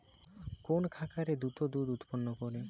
কোন খাকারে দ্রুত দুধ উৎপন্ন করে?